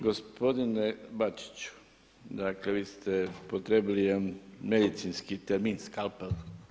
Gospodine Bačiću, dakle vi ste upotrijebili jedan medicinski termin skalpel.